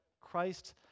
Christ